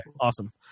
awesome